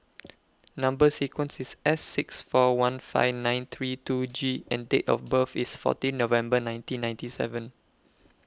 Number sequence IS S six four one five nine three two G and Date of birth IS fourteen November nineteen ninety seven